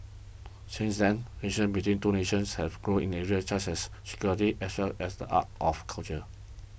since then relations between two nations have grown in areas such as security as well as the arts of culture